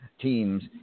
teams